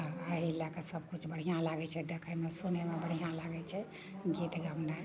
एहि लऽ कऽ सबकिछु बढ़िआँ लागैत छै देखैमे सुनैमे बढ़िआँ लागैत छै गीत गबनाइ